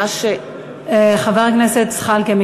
חבר הכנסת זחאלקה,